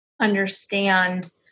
understand